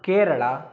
Kerala